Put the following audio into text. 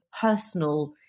personal